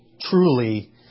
truly